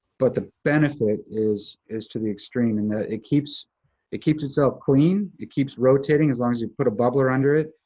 but the benefit is is to the extreme in that it keeps it keeps itself clean, it keeps rotating as long as you put a bubbler under it.